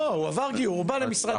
לא, הוא עבר גיור, הוא בא למשרד הפנים.